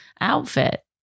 outfit